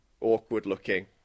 Awkward-looking